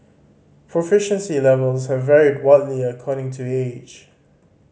proficiency levels here varied widely according to age